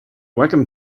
wacom